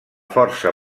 força